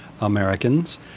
Americans